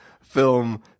film